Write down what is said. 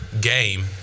game